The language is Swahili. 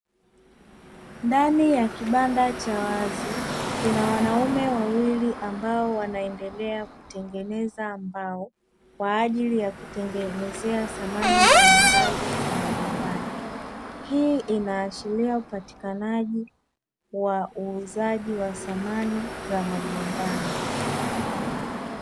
Ndani ya kibanda cha wazi, kuna wanaume wawili ambao wanaendelea kutengeneza mbao, kwa ajili ya kutengenezea samani mbalimbali za majumbani. Hii inaashiria upatikanaji na uuzaji wa samani za majumbani.